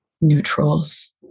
neutrals